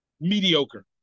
mediocre